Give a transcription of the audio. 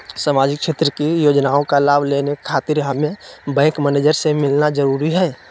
सामाजिक क्षेत्र की योजनाओं का लाभ लेने खातिर हमें बैंक मैनेजर से मिलना जरूरी है?